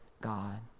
God